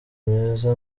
meza